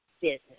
business